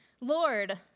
Lord